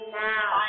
now